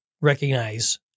recognize